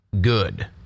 good